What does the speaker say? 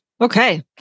Okay